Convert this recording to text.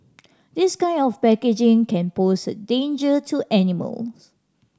this kind of packaging can pose a danger to animals